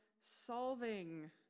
solving